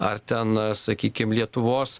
ar ten sakykim lietuvos